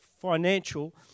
financial